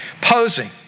Posing